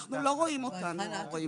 לא רואים אותנו ההורים.